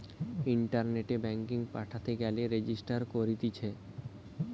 ইন্টারনেটে ব্যাঙ্কিং পাঠাতে গেলে রেজিস্টার করতিছে